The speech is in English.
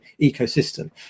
ecosystem